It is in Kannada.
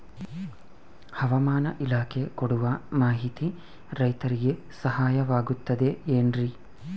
ಹವಮಾನ ಇಲಾಖೆ ಕೊಡುವ ಮಾಹಿತಿ ರೈತರಿಗೆ ಸಹಾಯವಾಗುತ್ತದೆ ಏನ್ರಿ?